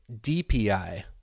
DPI